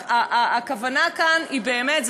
והכוונה כאן היא באמת,